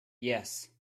yes